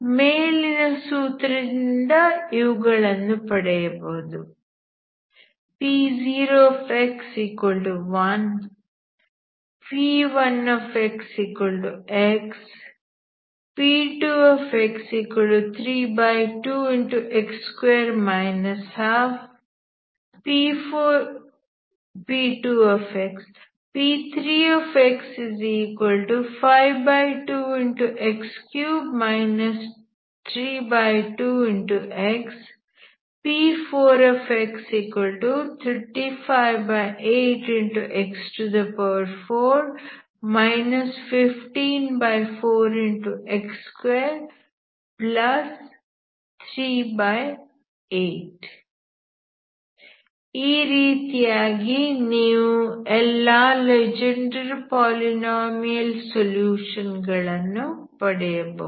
ಮೇಲಿನ ಸೂತ್ರದಿಂದ ಇವುಗಳನ್ನು ಪಡೆಯಬಹುದು P0x1 P1xx P2x32x2 12 P3x52x3 32x P4x358x4 154x238 ಈ ರೀತಿಯಾಗಿ ನೀವು ಎಲ್ಲಾ ಲೆಜೆಂಡರ್ ಪಾಲಿನಾಮಿಯಲ್ ಸೊಲ್ಯೂಷನ್ ಗಳನ್ನು ಪಡೆಯಬಹುದು